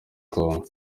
kongo